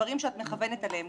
הדברים שאת מכוונת אליהם,